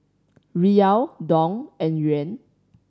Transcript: Riyal Dong and Yuan